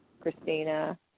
Christina